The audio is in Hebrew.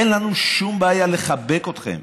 אין לנו שום בעיה לחבק אתכם.